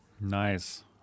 Nice